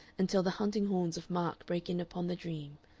until the hunting horns of mark break in upon the dream,